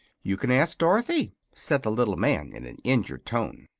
you can ask dorothy, said the little man, in an injured tone.